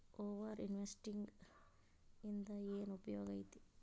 over investing ಇಂದ ಏನ್ ಉಪಯೋಗ ಐತಿ